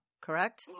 correct